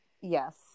Yes